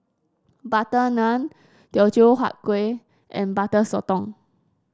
butter naan Teochew Huat Kueh and Butter Sotong